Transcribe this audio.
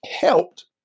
helped